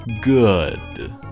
Good